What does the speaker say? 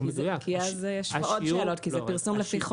כי אז יש פה עוד שאלות כי זה פרסום לפי חוק,